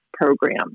Program